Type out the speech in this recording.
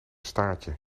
staartje